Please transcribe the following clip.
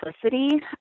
simplicity